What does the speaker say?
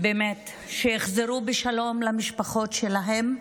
באמת שיחזרו בשלום למשפחות שלהם.